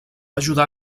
ajudar